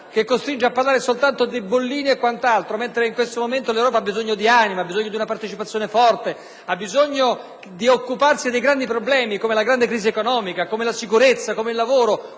che costringe a parlare soltanto di bollini e argomenti simili, mentre in questo momento l'Europa ha bisogno di anima, ha bisogno di una partecipazione forte, ha bisogno di occuparsi dei grandi problemi, come la grande crisi economica, la sicurezza, il lavoro,